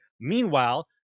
Meanwhile